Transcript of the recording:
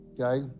okay